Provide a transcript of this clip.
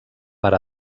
per